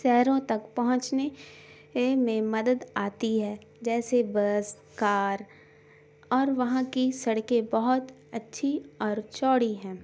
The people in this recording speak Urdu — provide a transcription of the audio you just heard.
سہروں تک پہنچنے میں مدد آتی ہے جیسے بس کار اور وہاں کی سڑکیں بہت اچھی اور چوڑی ہیں